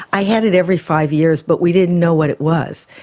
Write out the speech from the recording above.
i had it every five years but we didn't know what it was,